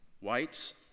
Whites